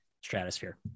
stratosphere